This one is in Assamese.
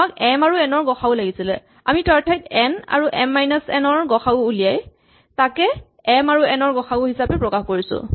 আমাক এম আৰু এন ৰ গ সা উ লাগিছিলে আমি তাৰ ঠাইত এন আৰু এম মাইনাচ এন ৰ গ সা উ উলিয়াই তাকে এম আৰু এন ৰ গ সা উ হিচাপে প্ৰকাশ কৰিছো